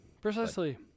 Precisely